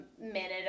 minute